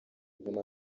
nyuma